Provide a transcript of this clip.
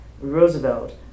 Roosevelt